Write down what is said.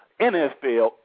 NFL